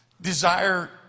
desire